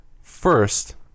first